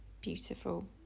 Beautiful